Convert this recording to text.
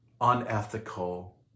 unethical